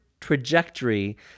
trajectory